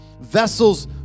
vessels